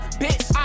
bitch